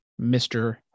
Mr